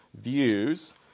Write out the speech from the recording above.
views